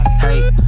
Hey